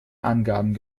angaben